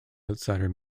outsider